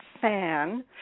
Fan